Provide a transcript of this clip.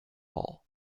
hall